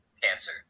cancer